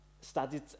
studied